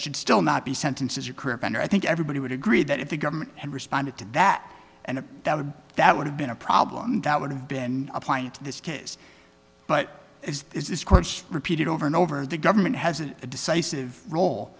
should still not be sentenced as your career bender i think everybody would agree that if the government and responded to that and that would that would have been a problem that would have been applying to this case but is this course repeated over and over the government has a decisive role